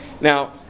now